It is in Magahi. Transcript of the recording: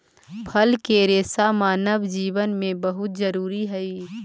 फल के रेसा मानव जीवन में बहुत जरूरी हई